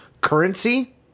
currency